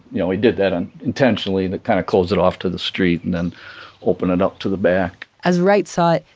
you know, he did that and intentionally to kind of close it off to the street and then open it up to the back. as wright saw it,